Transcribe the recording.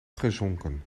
gezonken